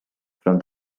from